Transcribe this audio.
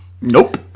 Nope